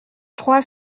trois